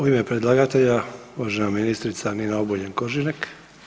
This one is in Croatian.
U ime predlagatelja, uvažena ministrica Nina Obuljen-Koržinek.